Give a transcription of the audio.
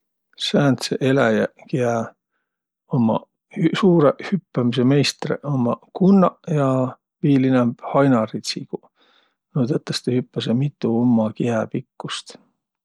Sääntseq eläjäq, kiä ummaq suurõq hüppämise meistreq, ummaq kunnaq ja viil inämb hainaritsiguq. Nuuq tõtõstõ hüppäseq mitu hindä kihäpikkust.